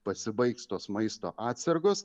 pasibaigs tos maisto atsargos